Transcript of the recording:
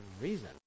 reason